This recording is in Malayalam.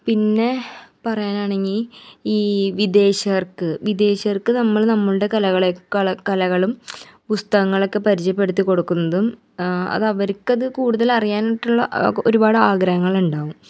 പിന്നെ പറയാനാണങ്കിൽ ഈ വിദേശീയർക്ക് വിദേശിയർക്ക് നമ്മൾ നമ്മുളുടെ കലകൾ കലകളും പുസ്തകങ്ങളക്കെ പരിചയപ്പെടുത്തി കൊടുക്കുന്നതും അതവർക്കത് കൂടുതലറിയാനായിട്ടുള്ള ഒരൂപാടാഗ്രഹങ്ങളുണ്ടാവും